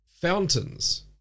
Fountains